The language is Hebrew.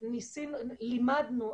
לימדנו,